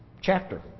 chapter